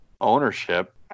ownership